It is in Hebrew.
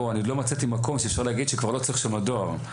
אני עוד לא מצאתי מקום שאפשר להגיד שכבר לא צריך שם דואר.